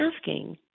asking